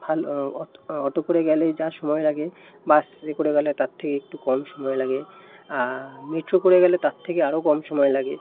ভালো অটো করে গেলে যা সময় লাগে বাসে করে গেলে তার থেকে একটু কম সময় লাগে মেট্রো করে গেলে তার থেকে আরও কম সময় লাগে